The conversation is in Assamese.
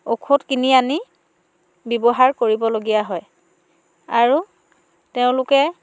ঔষধ কিনি আনি ব্যৱহাৰ কৰিবলগীয়া হয় আৰু তেওঁলোকে